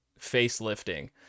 facelifting